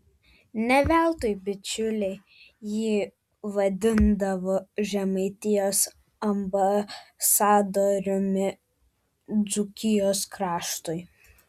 ne veltui bičiuliai jį vadindavo žemaitijos ambasadoriumi dzūkijos kraštui